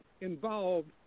involved